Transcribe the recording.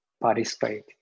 participate